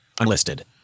Unlisted